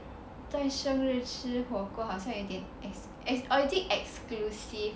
在生日吃火锅好像有点 ex~ or is exclusive